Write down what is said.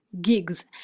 gigs